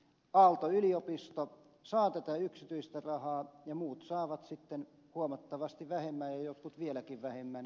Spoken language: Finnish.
aalto yliopisto saa tätä yksityistä rahaa ja muut saavat sitten huomattavasti vähemmän ja jotkut vieläkin vähemmän